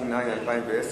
התש"ע 2010,